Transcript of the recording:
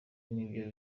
n’ibyo